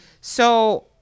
So-